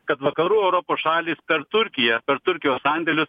kad vakarų europos šalys per turkiją per turkijos sandėlius